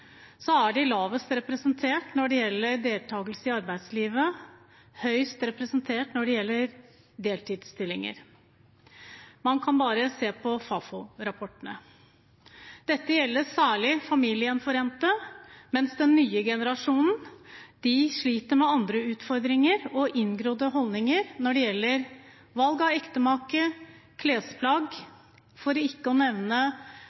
er de lavest representert når det gjelder deltakelse i arbeidslivet og høyest representert når det gjelder deltidsstillinger. Man kan bare se på Fafo-rapportene. Dette gjelder særlig familiegjenforente, mens den nye generasjonen sliter med andre utfordringer og inngrodde holdninger når det gjelder valg av ektemake, klesplagg – for ikke å nevne